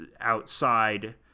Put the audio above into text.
outside